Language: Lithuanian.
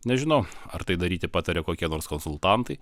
nežinau ar tai daryti patarė kokie nors konsultantai